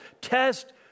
Test